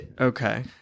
Okay